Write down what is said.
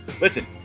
listen